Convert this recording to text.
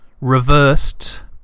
reversed